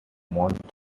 month